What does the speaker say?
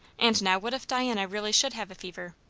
and now what if diana really should have a fever?